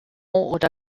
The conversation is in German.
oder